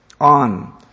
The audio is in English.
on